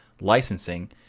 licensing